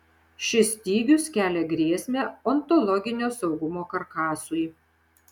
šis stygius kelia grėsmę ontologinio saugumo karkasui